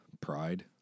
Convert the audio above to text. Pride